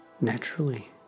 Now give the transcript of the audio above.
naturally